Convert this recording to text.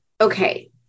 okay